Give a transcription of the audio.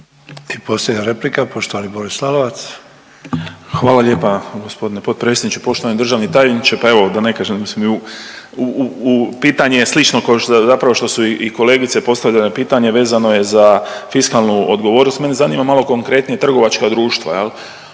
I posljednja replika poštovani Boris Lalovac. **Lalovac, Boris (SDP)** Hvala lijepa gospodine potpredsjedniče, poštovani državni tajniče. Pa evo da ne kažem da, pitanje je slično kao što su zapravo i kolegice postavljale pitanje vezano je uz fiskalnu odgovornost. Mene zanima malo konkretnije trgovačka društva. Ona